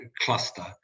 cluster